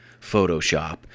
Photoshop